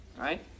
right